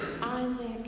Isaac